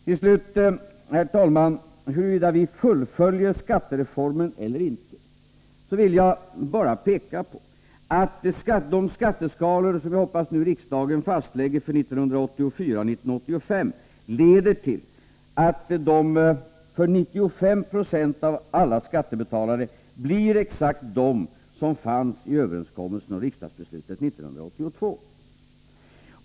Till slut, herr talman, vill jag när det gäller frågan huruvida vi fullföljer skattereformen eller inte bara peka på följande. De skatteskalor som jag hoppas att riksdagen nu fastlägger för 1984 och 1985 blir för 95 90 av alla skattebetalare exakt dem som fanns i överenskommelsen och riksdagsbeslutet 1982.